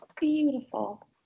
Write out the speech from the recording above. Beautiful